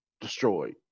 destroyed